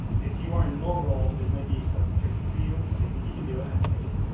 if you are in mobile this might be slightly tricky for you. but i think you can do it. i have faith.